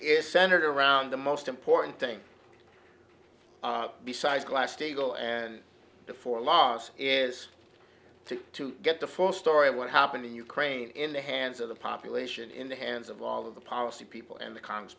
is centered around the most important thing besides glass steagall and before a loss is to to get the full story of what happened in ukraine in the hands of the population in the hands of all of the policy people and the congress